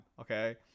okay